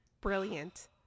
brilliant